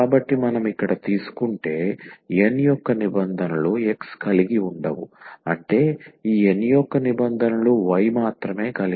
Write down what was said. కాబట్టి మనం ఇక్కడ తీసుకుంటే N యొక్క నిబంధనలు x కలిగి ఉండవు అంటే ఈ N యొక్క నిబంధనలు y మాత్రమే కలిగి ఉంటాయి